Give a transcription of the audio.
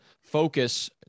focus